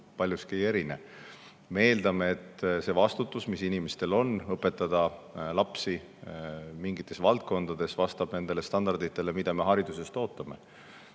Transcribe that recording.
paljuski ei erine. Me eeldame, et see vastutus, mis inimestel on, kui nad õpetavad lapsi mingites valdkondades, vastab nendele standarditele, mida me hariduse puhul